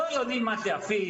לא יודעים מה זה אפיק,